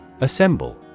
Assemble